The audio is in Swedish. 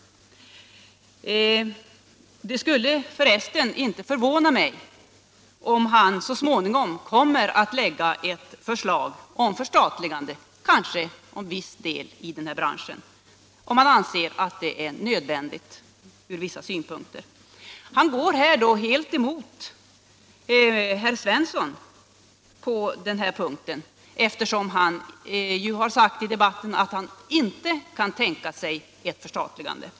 Det skulle för resten inte förvåna mig om han så småningom kommer att lägga fram ett förslag om förstatligande, kanske av en viss del av den här branschen, ifall han anser detta nödvändigt från vissa synpunkter. Han går emellertid då helt emot herr Svensson i Skara på denna punkt, eftersom herr Svensson i debatten har sagt att han inte kan tänka sig något förstatligande.